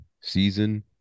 season